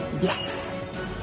yes